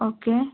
okay